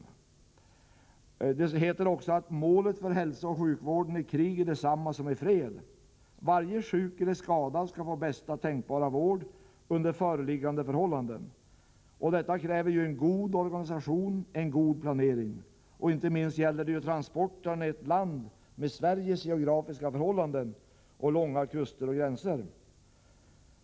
I boken heter det också: ”Målet för hälsooch sjukvården i krig är detsamma som i fred.” Varje sjuk eller skadad skall få bästa tänkbara vård under föreliggande förhållanden. Det kräver en god organisation och en god planering. Inte minst gäller detta transporterna i ett land med Sveriges geografiska förhållanden, med långa kuster och gränser.